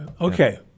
Okay